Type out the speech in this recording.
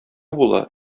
була